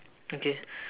okay